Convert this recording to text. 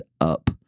up